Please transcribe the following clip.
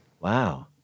Wow